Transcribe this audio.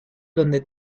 donde